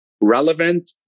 relevant